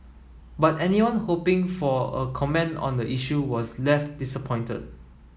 but anyone hoping for a comment on the issue was left disappointed